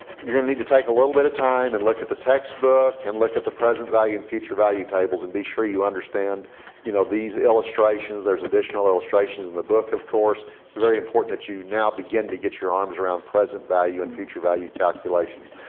you're going to need to take a little bit of time and look at the textbook and look at the present value and future value tables, and be sure you understand you know these illustrations. there is additional illustrations in the book of course. it's very important that you now begin to get your arms around present value and future value calculations.